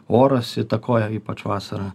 oras įtakoja ypač vasarą